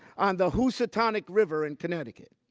on the housatonic river in connecticut.